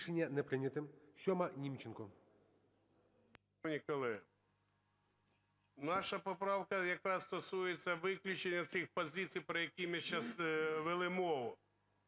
наша поправка якраз стосується виключення тих позицій, про які ми сейчас вели мову.